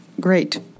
great